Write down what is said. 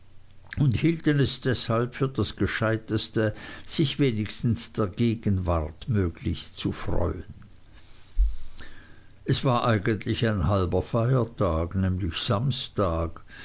und hielten es deshalb für das gescheiteste sich wenigstens der gegenwart möglichst zu freuen es war eigentlich ein halber feiertag nämlich samstag